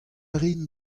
rin